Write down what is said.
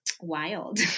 wild